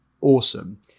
awesome